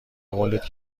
قولت